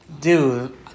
dude